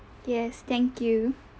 yes thank you